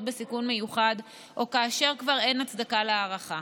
בסיכון מיוחד ובין כאשר כבר אין הצדקה להארכה.